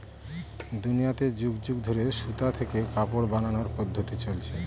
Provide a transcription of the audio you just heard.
দুনিয়াতে যুগ যুগ ধরে সুতা থেকে কাপড় বানানোর পদ্ধপ্তি চলছে